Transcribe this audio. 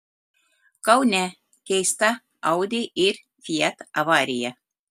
kaune keista audi ir fiat avarija